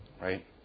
Right